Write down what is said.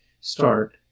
start